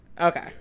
Okay